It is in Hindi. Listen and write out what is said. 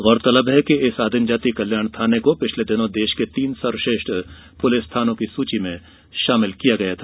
गौरतलब है कि आदिम जाति कल्याण थाने को पिछले दिनों देश के तीन सर्वश्रेष्ठ पुलिस थानों की सूची में शामिल किया गया था